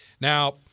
Now